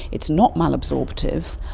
it's not malabsorptive,